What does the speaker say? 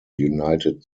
united